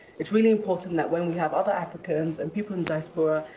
it's really important that when we have other africans and people in the diaspora,